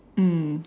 mm